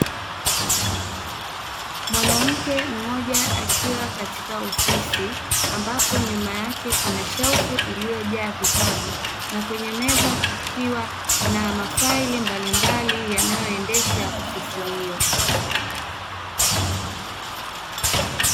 Mwanamke mmoja akiwa katika ofisi, ambapo nyuma yake kuna shelfu iliyo jaa vitabu na kwenye meza kukiwa na mafaili mbalimbali yanaayoendesha ofisi hiyo.